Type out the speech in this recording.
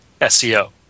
SEO